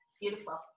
Beautiful